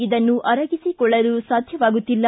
ಇದನ್ನು ಅರಗಿಸಿಕೊಳ್ಳಲು ಸಾಧ್ಯವಾಗುತ್ತಿಲ್ಲ